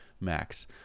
max